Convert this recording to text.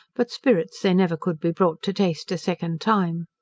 but spirits they never could be brought to taste a second time.